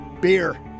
beer